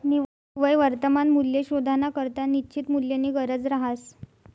निव्वय वर्तमान मूल्य शोधानाकरता निश्चित मूल्यनी गरज रहास